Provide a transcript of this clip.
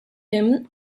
him